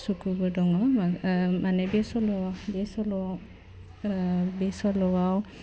सुखुबो दङ मा माने बे सल' बे सल' बे सल'वाव